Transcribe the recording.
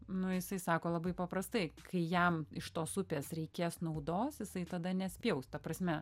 nu jisai sako labai paprastai kai jam iš tos upės reikės naudos jisai tada nespjaus ta prasme